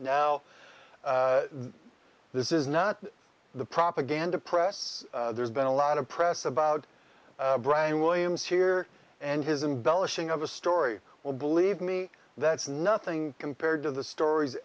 now this is not the propaganda press there's been a lot of press about brian williams here and his embellishing of a story well believe me that's nothing compared to the stories